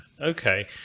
okay